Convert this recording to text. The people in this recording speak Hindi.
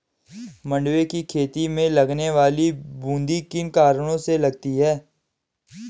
मंडुवे की खेती में लगने वाली बूंदी किन कारणों से लगती है?